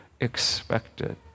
Expected